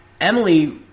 Emily